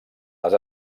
les